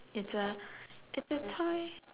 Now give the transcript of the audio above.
it's a it's a toy